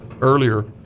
earlier